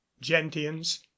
gentians